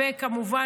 וכמובן,